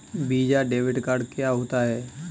Visa debit card क्या होता है?